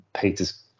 Peter's